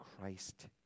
Christ